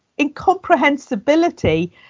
incomprehensibility